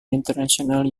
international